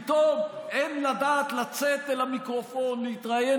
פתאום אין לדעת לצאת אל המיקרופון, להתראיין